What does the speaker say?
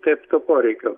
taip poreikio